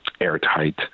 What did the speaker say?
airtight